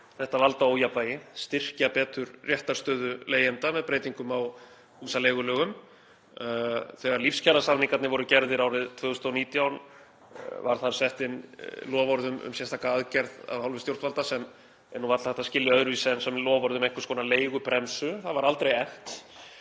þetta valdaójafnvægi og styrkja betur réttarstöðu leigjenda með breytingu á húsaleigulögum. Þegar lífskjarasamningarnir voru gerðir árið 2019 var þar sett inn loforð um sérstaka aðgerð af hálfu stjórnvalda sem er varla hægt að skilja öðruvísi en sem loforð um einhvers konar leigubremsu. Það var aldrei efnt.